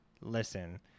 listen